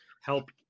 help